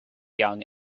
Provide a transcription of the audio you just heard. young